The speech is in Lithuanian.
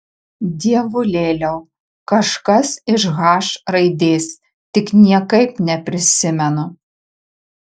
dievulėliau kažkas iš h raidės tik niekaip neprisimenu